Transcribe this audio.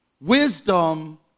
Wisdom